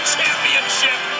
Championship